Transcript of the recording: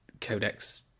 Codex